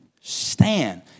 stand